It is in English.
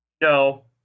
No